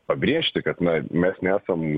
pabrėžti kad na mes nesam